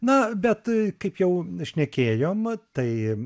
na bet kaip jau šnekėjom tai